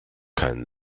keinen